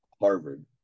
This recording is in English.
Harvard